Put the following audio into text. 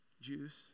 juice